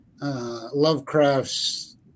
Lovecraft's